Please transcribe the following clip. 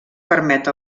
permet